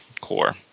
Core